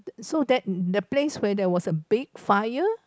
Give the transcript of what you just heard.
so that that place where there was a big fire